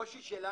היה